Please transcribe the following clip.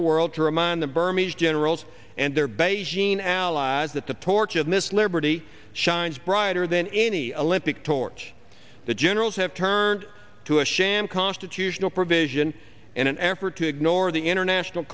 the world to remind the burma generals and their beijing allies that the torch of miss liberty shines brighter than any elliptic torch the generals have turned to a sham constitutional provision in an effort to ignore the international